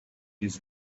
his